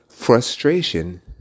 Frustration